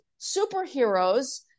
superheroes